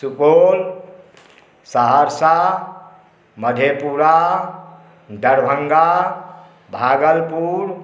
Supaul Saharsa Madhepura Darbhanga Bhagalpur